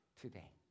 today